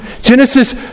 Genesis